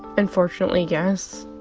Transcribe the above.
unfortunately, yes.